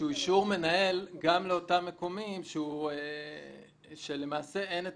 אישור מנהל גם לאותם מקומיים שלמעשה אין את